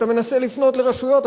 אתה מנסה לפנות לרשויות,